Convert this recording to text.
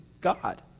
God